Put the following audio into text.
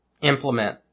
implement